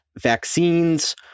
vaccines